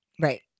Right